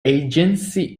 agency